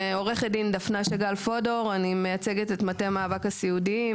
אני מייצגת את מטה מאבק הסיעודיים